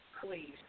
please